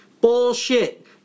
Bullshit